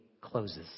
closes